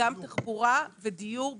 גם תחבורה ודיור בוודאי.